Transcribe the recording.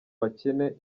bakene